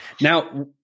Now